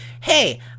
Hey